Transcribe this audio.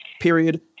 period